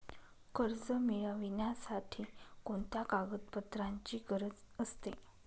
कर्ज मिळविण्यासाठी कोणत्या कागदपत्रांची गरज असते?